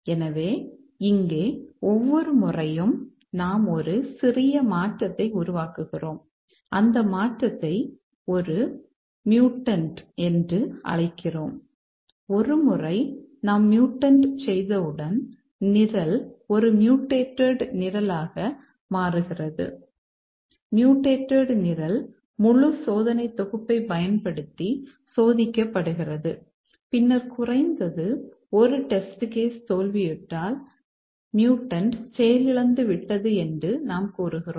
எனவே இங்கே ஒவ்வொரு முறையும் நாம் ஒரு சிறிய மாற்றத்தை உருவாக்குகிறோம் அந்த மாற்றத்தை ஒரு மியூடன்ட் நிரலாக மாறுகிறது